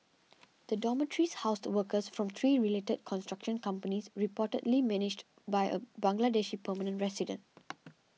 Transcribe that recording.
the dormitories housed workers from three related construction companies reportedly managed by a Bangladeshi permanent resident